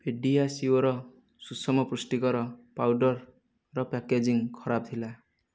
PediaSure ସୁସମ ପୁଷ୍ଟିକର ପାଉଡର୍ର ପ୍ୟାକେଜିଂ ଖରାପ ଥିଲା